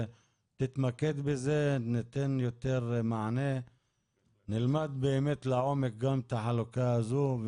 תתמקד בזה וניתן יותר מענה ונלמד לעומק גם את החלוקה הזו.